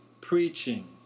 preaching